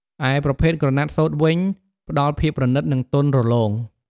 ឯប្រភេទក្រណាត់សូត្រវិញ ផ្ដល់ភាពប្រណីត និងទន់រលោង។